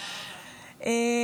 תודה רבה.